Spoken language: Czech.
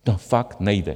To fakt nejde!